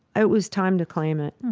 it was time to claim it